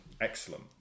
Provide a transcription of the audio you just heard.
Excellent